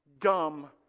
dumb